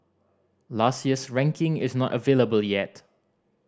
last year's ranking is not available yet